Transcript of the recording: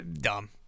Dumb